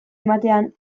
ematean